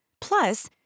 Plus